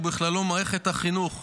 ובכלל מערכת החינוך,